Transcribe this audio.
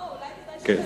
אולי כדאי שהיא תסביר.